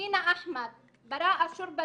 לינה אחמד, ברא אשור בג'י,